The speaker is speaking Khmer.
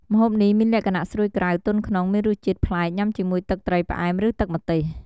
ម្ហូបនេះមានលក្ខណៈស្រួយក្រៅ ទន់ក្នុង មានរសជាតិប្លែក ញ៉ាំជាមួយទឹកត្រីផ្អែម ឬទឹកម្ទេស។